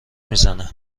میزنه